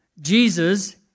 Jesus